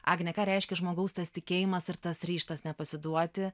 agne ką reiškia žmogaus tas tikėjimas ir tas ryžtas nepasiduoti